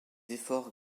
efforts